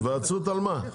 היוועצות על מה?